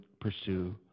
pursue